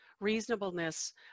reasonableness